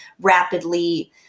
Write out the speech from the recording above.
rapidly